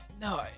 no